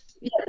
yes